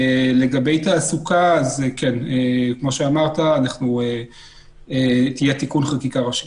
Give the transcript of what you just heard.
ולגבי תעסוקה, כמו שאמרת, יהיה תיקון חקיקה ראשי,